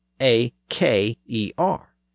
A-K-E-R